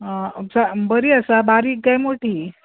आं बरी आसा बारीक काय मोठी